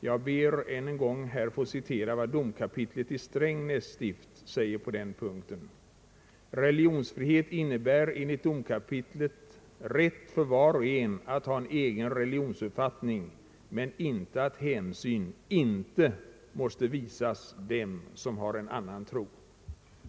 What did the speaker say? Jag ber än en gång att få citera vad domkapitlet i Strängnäs stift säger på den punkten: »Religionsfrihet innebär enligt domkapitlet rätt för var och en att ha en egen religionsuppfattning men inte att hänsyn inte måste visas dem som har en annan tro.